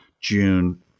June